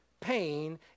pain